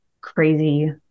crazy